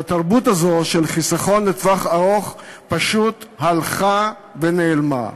והתרבות הזאת של חיסכון לטווח ארוך פשוט הלכה ונעלמה.